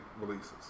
releases